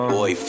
Boy